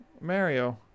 Mario